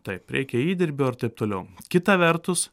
taip reikia įdirbio ir taip toliau kita vertus